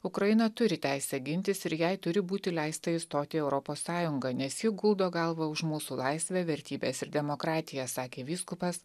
ukraina turi teisę gintis ir jai turi būti leista įstoti į europos sąjungą nes ji guldo galvą už mūsų laisvę vertybes ir demokratiją sakė vyskupas